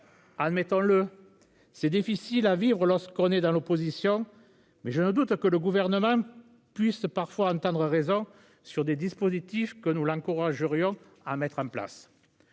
Admettons-le, c'est difficile à vivre. Lorsqu'on est dans l'opposition, mais je ne doute que le gouvernement puisse parfois entendre raison sur des dispositifs que nous l'encouragerions à mettre en place.